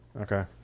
Okay